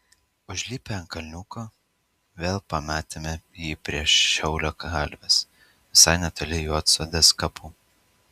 užlipę ant kalniuko vėl pamatėme jį prie šiaulio kalvės visai netoli juodsodės kapų